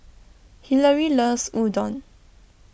Hilary loves Udon